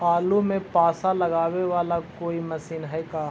आलू मे पासा लगाबे बाला कोइ मशीन है का?